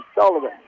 Sullivan